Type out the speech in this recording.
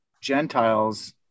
Gentiles